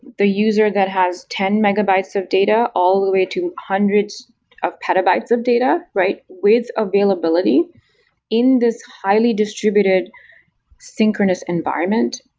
the user that has ten megabytes of data all the way to hundreds of petabytes of data with availability in this highly distributed synchronous environment.